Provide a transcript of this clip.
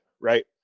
Right